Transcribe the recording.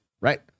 right